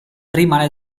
rimane